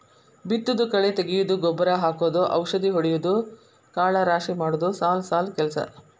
ಬಿತ್ತುದು ಕಳೆ ತಗಿಯುದು ಗೊಬ್ಬರಾ ಹಾಕುದು ಔಷದಿ ಹೊಡಿಯುದು ಕಾಳ ರಾಶಿ ಮಾಡುದು ಸಾಲು ಸಾಲು ಕೆಲಸಾ